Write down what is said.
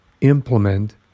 implement